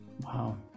Wow